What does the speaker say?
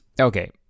Okay